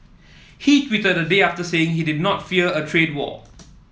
he tweeted a day after saying he did not fear a trade war